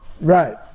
Right